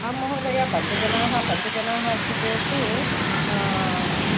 आं महोदय पञ्च जनाः पञ्च जनाः अस्ति चेत्